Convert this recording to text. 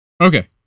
okay